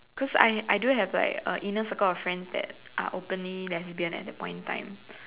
cause I I do have like a inner circle of friends that are openly lesbian at the point in time